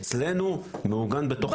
אצלנו מעוגן בתוך הנהלים.